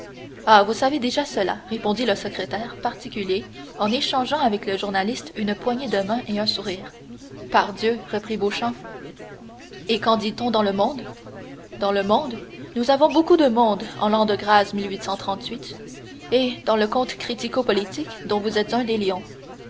ah vous savez déjà cela répondit le secrétaire particulier en échangeant avec le journaliste une poignée de main et un sourire pardieu reprit beauchamp et qu'en dit-on dans le monde dans quel monde nous avons beaucoup de mondes en l'an de grâce et dans le monde critico politique dont vous êtes un des lions